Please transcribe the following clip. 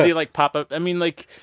ah like, pop up i mean, like.